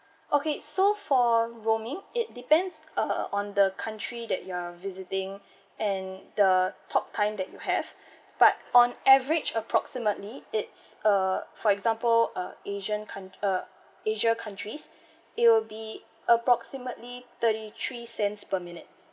okay so for roaming it depends uh on the country that you are visiting and the talk time that you have but on average approximately it's uh for example uh asian country uh asia countries it will be approximately thirty three cents per minute